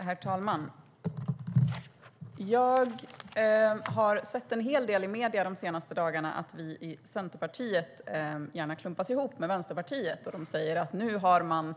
Herr talman! Jag har de senaste dagarna sett en hel del i medierna där vi Centerpartiet gärna klumpas ihop med Vänsterpartiet. De säger att vi nu har